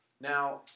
Now